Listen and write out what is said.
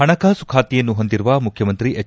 ಪಣಕಾಸು ಖಾತೆಯನ್ನು ಹೊಂದಿರುವ ಮುಖ್ಯಮಂತ್ರಿ ಎಚ್